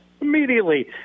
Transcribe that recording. Immediately